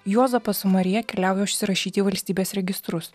juozapas su marija keliauja užsirašyti į valstybės registrus